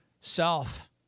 self